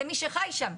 זה מי שחי שם.